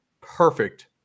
perfect